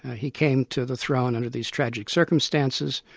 he came to the throne under these tragic circumstances,